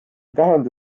tähenda